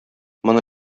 моны